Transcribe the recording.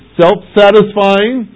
self-satisfying